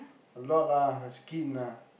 a lot lah her skin ah